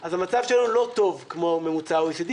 אז המצב שלנו לא טוב כמו הממוצע של ה-OECD,